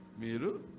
Miru